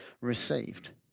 received